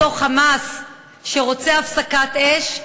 אותו "חמאס", שרוצה הפסקת אש,